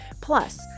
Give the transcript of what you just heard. plus